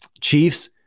Chiefs